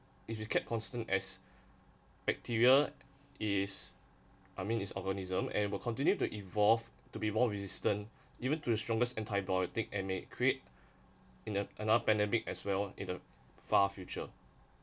if you kept constant as bacteria is I mean is organism and will continue to evolve to be more resistance even to the strongest antibiotic and may create in an another pandemic as well in the far future